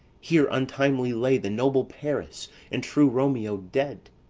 here untimely lay the noble paris and true romeo dead.